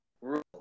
rule